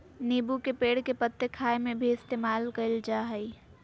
नींबू के पेड़ के पत्ते खाय में भी इस्तेमाल कईल जा हइ